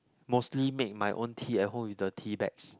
mostly make my own tea at home with the teabags